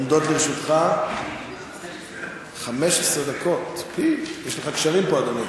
עומדות לרשותך 15 דקות, יש לך קשרים פה, אדוני.